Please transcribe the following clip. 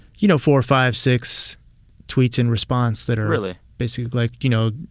you know, four or five, six tweets in response that are. really. basically like, you know,